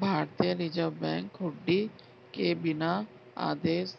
भारतीय reserve bank हुंडी के बिना आदेश